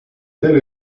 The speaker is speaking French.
tel